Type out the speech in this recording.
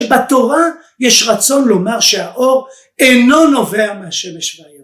בתורה יש רצון לומר שהאור אינו נובע מהשמש והיום.